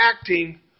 acting